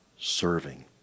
serving